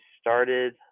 started